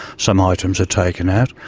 some items are taken out.